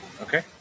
Okay